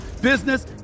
business